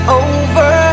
over